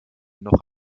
noch